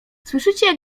słyszycie